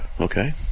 Okay